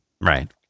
Right